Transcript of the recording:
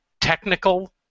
technical